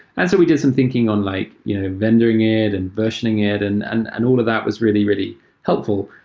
and so we did some thinking on like you know vendoring it and versioning it, and and and all of that was really, really helpful.